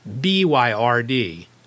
B-Y-R-D